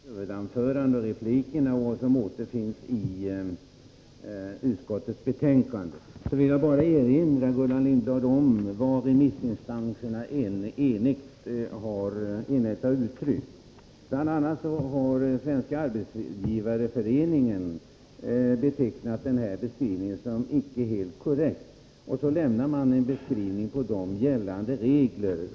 Herr talman! Jag vill helt kort med hänvisning till vad jag sagt i mitt huvudanförande och i replikerna liksom till vad som anförs i utskottets betänkande erinra Gullan Lindblad om vad remissinstanserna enhälligt har framhållit. Bl. a. har Svenska arbetsgivareföreningen betecknat motionens beskrivning som inte helt korrekt. Arbetsgivareföreningen har också lämnat en redogörelse för gällande regler.